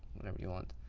whatever you want.